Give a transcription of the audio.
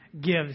gives